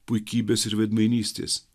puikybės ir veidmainystės